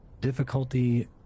Difficulty